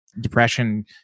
depression